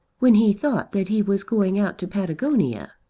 when he thought that he was going out to patagonia.